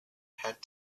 had